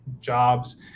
jobs